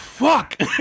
Fuck